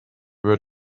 were